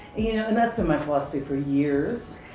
you know, and that's been my philosophy for years.